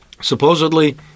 supposedly